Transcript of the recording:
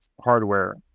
hardware